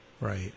Right